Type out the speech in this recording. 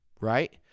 Right